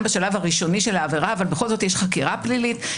בשלב הראשוני של העבירה אבל עדיין יש חקירה פלילית,